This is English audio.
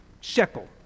shekel